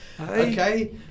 Okay